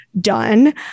done